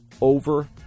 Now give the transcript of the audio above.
over